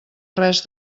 res